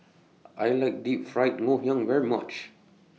I like Deep Fried Ngoh Hiang very much